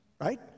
right